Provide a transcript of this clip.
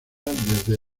desde